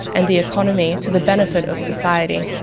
and the economy to the benefit of society.